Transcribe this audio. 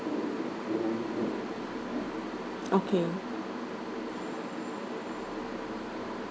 okay